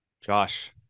Josh